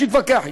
שיתווכח אתי.